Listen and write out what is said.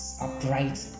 upright